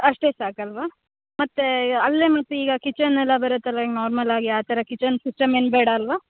ಅಷ್ಟೇ ಸಾಕು ಅಲ್ವ ಮತ್ತು ಅಲ್ಲೇ ಮತ್ತು ಈಗ ಕಿಚನ್ ಎಲ್ಲ ಬರುತ್ತಲ ಹಿಂಗೆ ನಾರ್ಮಲಾಗಿ ಆ ಥರ ಕಿಚನ್ ಸಿಸ್ಟಮ್ ಏನು ಬೇಡ ಅಲ್ವ